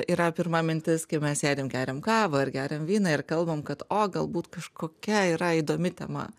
yra pirma mintis kaip mes sėdim geriam kavą ir geriam vyną ir kalbam kad o galbūt kažkokia yra įdomi tema